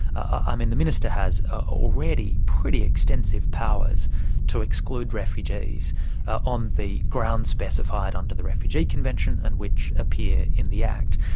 um the minister has ah already pretty extensive powers to exclude refugees on the grounds specified under the refugee convention and which appear in the act.